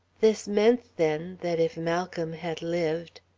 this meant, then, that if malcolm had lived,